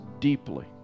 deeply